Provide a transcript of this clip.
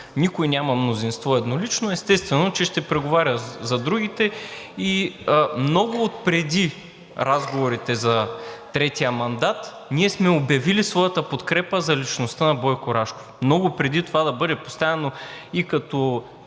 Никой няма мнозинство еднолично, естествено, че ще преговаря за другите и много отпреди разговорите за третия мандат ние сме обявили своята подкрепа за личността на Бойко Рашков. Много преди това да бъде поставено и като